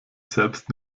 selbst